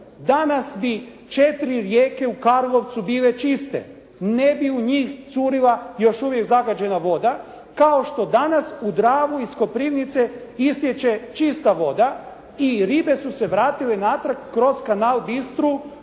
Danas bi 4 rijeke u Karlovcu bile čiste. Ne bi u njih curila još uvijek zagađena voda kao što danas u Dravu iz Koprivnice istječe čista voda i ribe su se vratile natrag kroz kanal Bistru